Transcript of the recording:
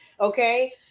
okay